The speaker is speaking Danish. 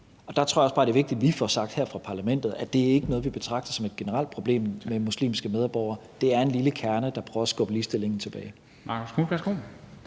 Og der tror jeg også bare, det er vigtigt, at vi får sagt her fra parlamentet, at det ikke er noget, vi betragter som et generelt problem med muslimske medborgere. Det er en lille kerne, der prøver at skubbe ligestillingen tilbage.